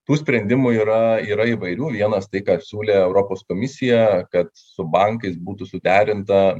tų sprendimų yra yra įvairių vienas tai ką siūlė europos komisija kad su bankais būtų suderinta